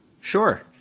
Sure